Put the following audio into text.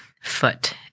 foot